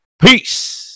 Peace